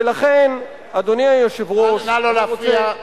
ולכן, אדוני היושב-ראש, נא לא להפריע.